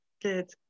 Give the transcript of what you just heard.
good